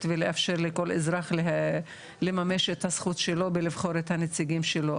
ולאפשר לכל אזרח לממש את הזכות שלו בלבחור את הנציגים שלו,